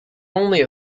only